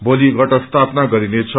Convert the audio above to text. भोलि घट स्थापसना गरिनेछ